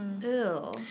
Ew